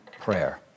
prayer